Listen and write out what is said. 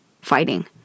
fighting